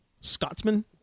Scotsman